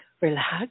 relax